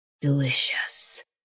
Delicious